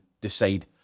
decide